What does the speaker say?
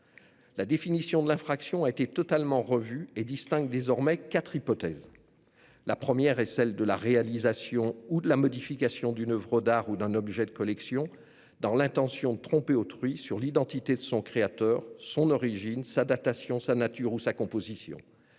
La définition de l'infraction a été totalement revue et distingue désormais quatre hypothèses. La première hypothèse est celle de la réalisation ou de la modification d'une oeuvre d'art ou d'un objet de collection dans l'intention de tromper autrui sur l'identité de son créateur, son origine, sa datation, sa nature ou sa composition.